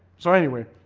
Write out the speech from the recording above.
so anyway,